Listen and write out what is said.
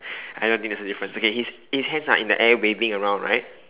I don't think there's a difference okay his his hands are in the air waving around right